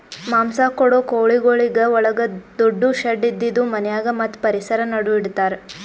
ಮಾಂಸ ಕೊಡೋ ಕೋಳಿಗೊಳಿಗ್ ಒಳಗ ದೊಡ್ಡು ಶೆಡ್ ಇದ್ದಿದು ಮನ್ಯಾಗ ಮತ್ತ್ ಪರಿಸರ ನಡು ಇಡತಾರ್